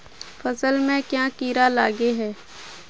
फसल में क्याँ कीड़ा लागे है?